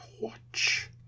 watch